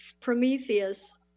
Prometheus